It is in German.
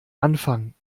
anfang